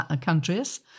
countries